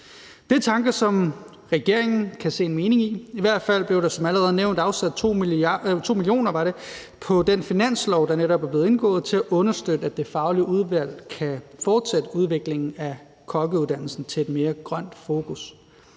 Det er tanker, som regeringen kan se en mening i. I hvert fald blev der som allerede nævnt afsat 2 mio. kr. på den finanslov, der netop er blevet indgået, til at understøtte, at det faglige udvalg kan fortsætte udviklingen af kokkeuddannelsen mod et mere grønt fokus.